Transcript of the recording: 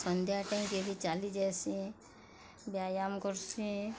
ସନ୍ଧ୍ୟା ଟାଇମ୍କେ ବି ଚାଲିଯାଏସିଁ ବ୍ୟାୟାମ୍ କରସିଁ